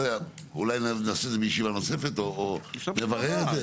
לא יודע, אולי נעשה ישיבה נוספת או נברר את זה?